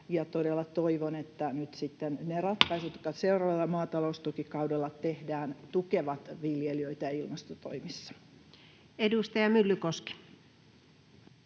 jotka seuraavalla maataloustukikaudella tehdään, tukevat viljelijöitä ilmastotoimissa. Edustaja Myllykoski.